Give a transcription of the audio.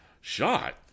Shot